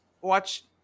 watch